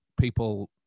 people